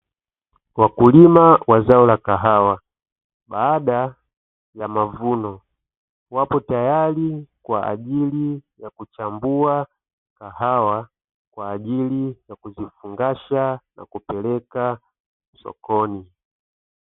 Wakulima wa zao la kahawa, baada ya mavuno wapo tayari kwa ajili ya kuchambua kahawa, kwa ajili ya kizifungasha na kupeleka sokoni.